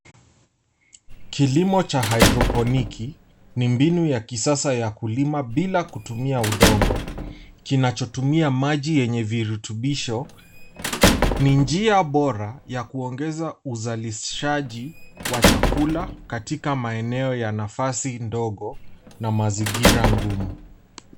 Kilimo cha haidroponiki ni mbinu ya kisasa ya kulima bila kutumia udongo kinacho tumia maji yenye virutubisho. Ni njia bora ya kuongeza uzalishaji wa chakula katika maeneo ya nafasi ndogo na mazingira ngumu.